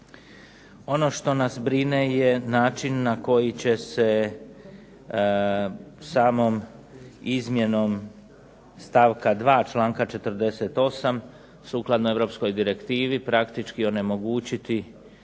Ono što nas brine je način na koji će se samom izmjenom stavka 2. članaka 48. sukladno europskoj direktivi praktički onemogućiti